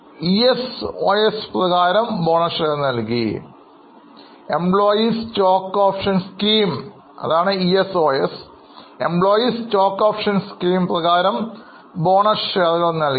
ESOS പ്രകാരം bonus share നൽകി